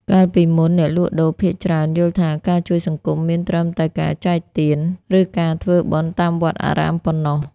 កាលពីមុន អ្នកលក់ដូរភាគច្រើនយល់ថា ការជួយសង្គមមានត្រឹមតែការចែកទាន ឬការធ្វើបុណ្យតាមវត្តអារាមប៉ុណ្ណោះ។